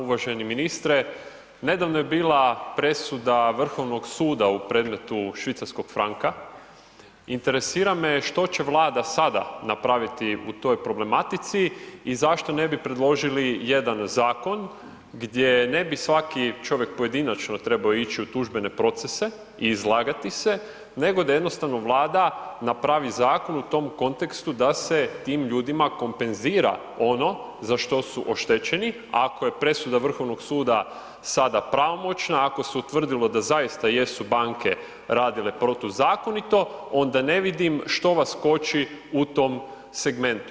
Uvaženi ministre, nedavno je bila presuda Vrhovnog suda u predmetu švicarskog franka, interesira me što će Vlada sada napraviti u toj problematici i zašto ne bi predložili jedan zakon gdje ne bi svaki čovjek pojedinačno trebao ići u tužbene procese i izlagati se, nego da jednostavno Vlada napravi zakon u tom kontekstu da se tim ljudima kompenzira ono za što su oštećeni, ako je presuda Vrhovnog suda sada pravomoćna, ako se utvrdilo da zaista jesu banke radile protuzakonito, onda ne vidim što vas koči u tom segmentu.